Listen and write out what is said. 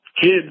kids